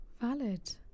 Valid